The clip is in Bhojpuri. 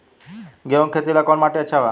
गेहूं के खेती ला कौन माटी अच्छा बा?